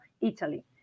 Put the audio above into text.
Italy